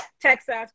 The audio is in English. Texas